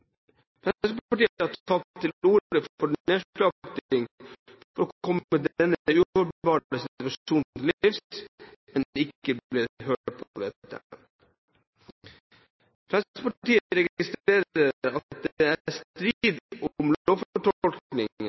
Fremskrittspartiet har tatt til orde for nedslakting for å komme denne uholdbare situasjonen til livs, men har ikke blitt hørt. Fremskrittspartiet registrerer at det er strid om